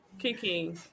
Kiki